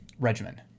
regimen